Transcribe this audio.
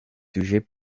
sujet